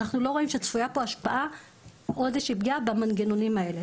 אנחנו לא רואים שצפויה פה השפעה או איזו שהיא פגיעה במנגנונים האלה,